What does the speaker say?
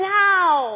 now